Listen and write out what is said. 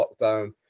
lockdown